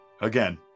again